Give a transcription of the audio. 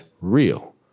real